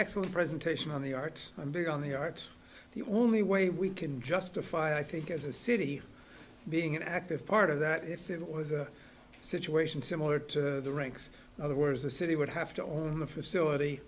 excellent presentation on the arts i'm big on the arts the only way we can justify i think as a city being an active part of that if it was a situation similar to the ranks of the word is the city would have to own the facility